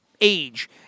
age